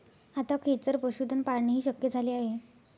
आता खेचर पशुधन पाळणेही शक्य झाले आहे